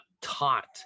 taught